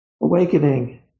awakening